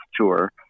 tour